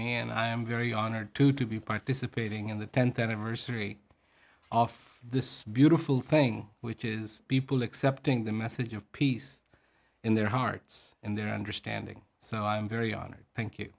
me and i am very honored to to be participating in the tenth anniversary of this beautiful thing which is people accepting the message of peace in their hearts and their understanding so i'm very honored thank you